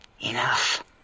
Enough